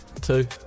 Two